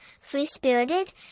free-spirited